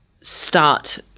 start –